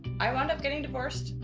i wound up getting divorced.